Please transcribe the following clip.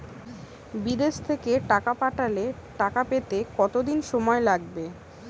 বিদেশ থেকে টাকা পাঠালে টাকা পেতে কদিন সময় লাগবে?